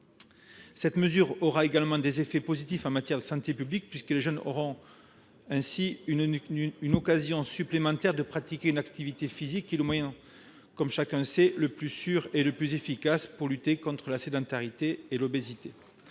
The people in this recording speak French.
Cette mesure aura également des effets positifs en matière de santé publique, puisque les jeunes auront ainsi une occasion supplémentaire de pratiquer une activité physique, ce qui, comme chacun sait, est le moyen le plus sûr et le plus efficace pour lutter contre la sédentarité et contre l'obésité.